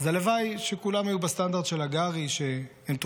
יום שלישי.